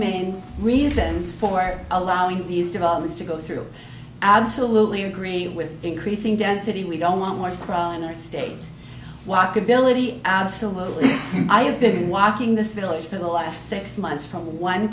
main reasons for allowing these developments to go through absolutely agree with increasing density we don't want more scrawl in our state walkability absolutely i've been walking this village for the last six months from one